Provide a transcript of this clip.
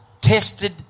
tested